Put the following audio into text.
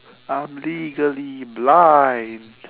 I'm legally blind